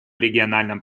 региональном